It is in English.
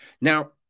Now